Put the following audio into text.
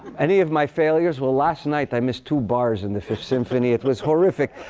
any of my failures? well, last night, i missed two bars in the fifth symphony. it was horrific.